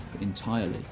entirely